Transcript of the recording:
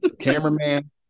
cameraman